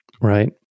Right